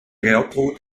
gertrud